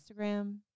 Instagram